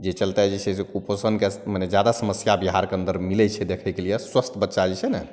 जाहि चलिते जे छै से कुपोषणके मने जादा समस्या बिहारके अन्दर मिलै छै देखैके लिए स्वस्थ बच्चा जे छै ने